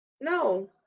no